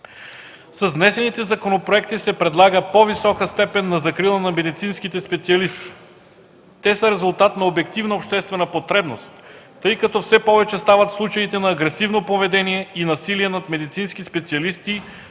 С внесените законопроекти се предлага по-висока степен на закрила на медицинските специалисти. Те са резултат на обективна обществена потребност, тъй като все повече стават случаите на агресивно поведение и насилие над медицински специалисти